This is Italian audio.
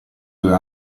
due